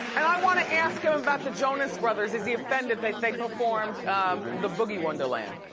and i wanna ask him about the jonas brothers, is he offended they performed the boogie wonderland.